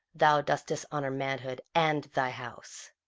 thou dost dishonour manhood and thy house.